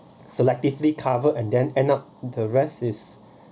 selectively covered and then end up the rest is